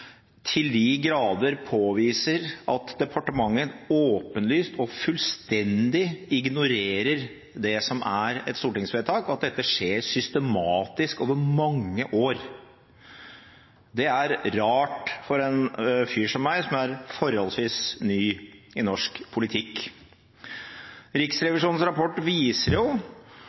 til de grader påviser at departementet åpenlyst og fullstendig ignorerer det som er et stortingsvedtak, og at dette skjer systematisk over mange år. Det er rart for en fyr som meg, som er forholdsvis ny i norsk politikk. Riksrevisjonens rapport viser